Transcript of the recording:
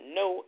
no